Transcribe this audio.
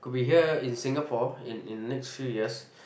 we here in Singapore in in next few years